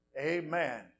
Amen